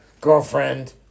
Girlfriend